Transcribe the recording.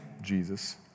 Jesus